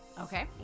Okay